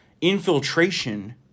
infiltration